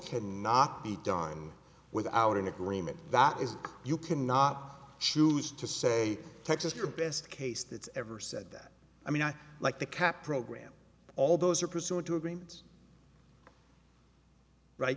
cannot be done without an agreement that is you cannot choose to say texas your best case that's ever said that i mean i like the cap program all those are pursuant to agreements right